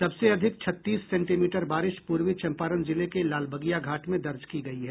सबसे अधिक छत्तीस सेंटीमीटर बारिश पूर्वी चंपारण जिले के लालबगिया घाट में दर्ज की गयी है